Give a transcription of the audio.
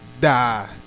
die